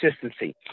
consistency